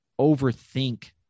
overthink